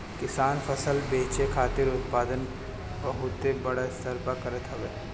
किसान फसल बेचे खातिर उत्पादन बहुते बड़ स्तर पे करत हवे